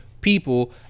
people